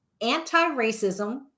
Anti-Racism